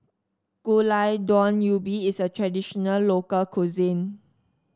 Gulai Daun Ubi is a traditional local cuisine